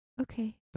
Okay